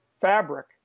fabric